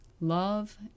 love